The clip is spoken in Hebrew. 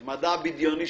לא תמיד הלקוח הוא של